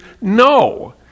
no